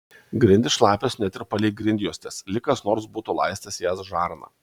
grindys šlapios net ir palei grindjuostes lyg kas nors būtų laistęs jas žarna